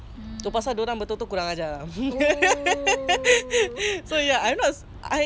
I can be any anyone lah like can just say I'm a girl with a lot of personalities